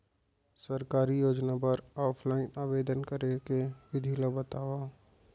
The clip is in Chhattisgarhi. सरकारी योजना बर ऑफलाइन आवेदन करे के विधि ला बतावव